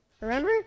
Remember